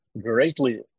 greatly